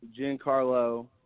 Giancarlo